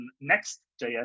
Next.js